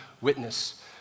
witness